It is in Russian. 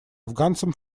афганцам